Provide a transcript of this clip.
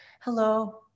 hello